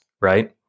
right